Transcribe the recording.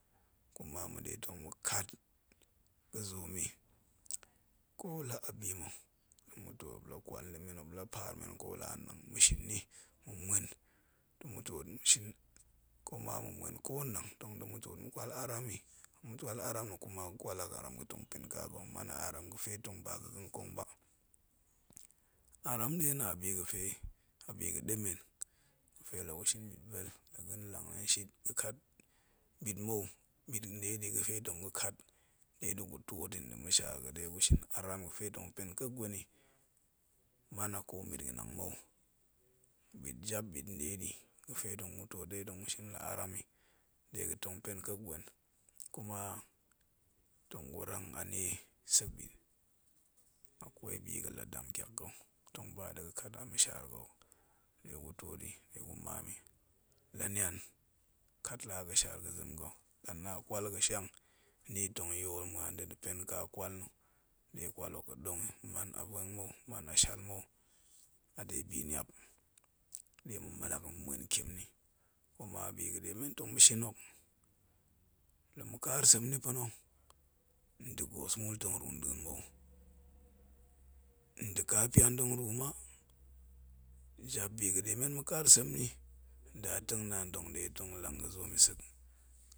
Kuma maɗe tong ma̱kat ga̱ zoom yi, ko la a bima̱, la ma̱da̱ muop la kwal nda̱ men, muop la paar men ko la annang ma̱ shin ni, ma muen da ma̱twoot ma̱ shin, ma muen da ma̱twoot ma̱ shin, kuma ma̱ muen ko la annang tong da̱ ma̱twoot ma̱kwal aram yi, la ma̱kwal aram nna̱ kuma ma̱kwal a aram gatong pen ka nkong ba, aram nɗe nnang abi ga̱fe a biga̱ɗemen, ga̱fe la ga̱shin bit vel, la ga̱nlang nɗa̱a̱n shit ga̱ kat ɓit mou, bit nɗeɗi, ga̱fe tong ga̱ kat, ɗe da̱gu twoot yi nda̱ ma̱shaar ga̱ ɗegu shin aram ga̱tong pen kek gwen yi, anan a ko mɓit ga̱nang mou, ɓit jabbi ɓit nɗeɗi ga̱fe tong ma̱twoot ɗe tong ma̱shin la aram yi dega̱ tong pen kek gwen, kuma tong gurang a nnie sek ɓit, akwai bi ga̱la dam tyak ga̱ tong ba ga̱la dam tyak ga̱ tong ba ga̱la kat a ma̱shaar ga̱ ɗe gutwoot yi ɗegu maanyi, la nian kat la aga̱sha ga̱ zem ga̱, la na kwal ga̱shiang ni tong yool muan ta̱ da̱ pen ka kwal nna̱, ɗe kwat hok ga̱ɗong yi, man a vuang mou, man a shal mou, a de biniap ɗe ma̱ mallak yi ma̱ muen ntien nni kuma bi ga̱ɗe men tong ma̱shin yi, la ma̱kaar sem nni pa̱na̱, nda̱ goos mul tong ru nɗa̱a̱n mou, nda̱ kapan tong ru ma, jabbi ga̱ɗe men tong ma̱kaar gem nni ndateng naan tong ɗe tong lang ga̱zoom yi sek.